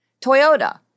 Toyota